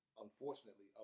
unfortunately